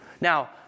Now